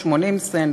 80 סנט,